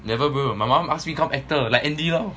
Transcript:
never bro my mum ask me become actor like andy lau lor